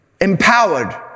empowered